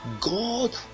God